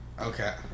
Okay